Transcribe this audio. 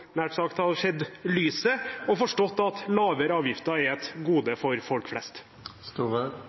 sagt har sett lyset og forstått at lavere avgifter er et gode for folk flest?